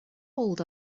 old